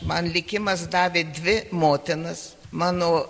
man likimas davė dvi motinas mano